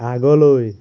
আগলৈ